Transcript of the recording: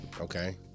okay